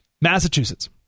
Massachusetts